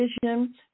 vision